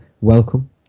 welcome